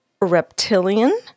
reptilian